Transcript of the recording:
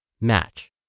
match